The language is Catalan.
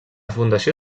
fundació